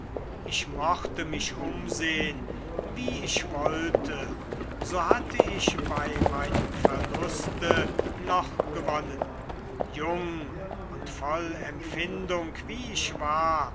ich mochte mich umsehn wie ich wollte so hatte ich bei meinem verluste noch gewonnen jung und voll empfindung wie ich war